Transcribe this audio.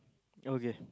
okay